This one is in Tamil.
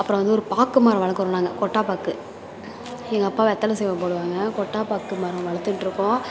அப்புறம் வந்து ஒரு பாக்கு மரம் வளர்க்குறோம் நாங்கள் கொட்டை பாக்கு எங்கள் அப்பா வெத்தலை சீவல் போடுவாங்க கொட்டை பாக்கு மரம் வளர்த்துக்கிட்டு இருக்கோம்